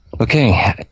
Okay